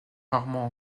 rarement